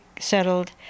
settled